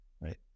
right